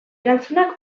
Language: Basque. erantzunak